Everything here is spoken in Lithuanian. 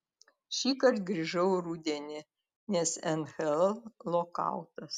šįkart grįžau rudenį nes nhl lokautas